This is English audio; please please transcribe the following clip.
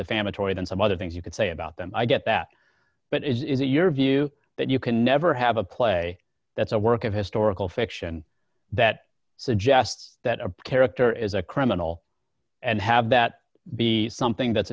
family and some other things you can say about them i get that but it is a your view that you can never have a play that's a work of historical fiction that suggests that a character is a criminal and have that be something that's